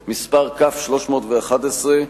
מס' כ/311,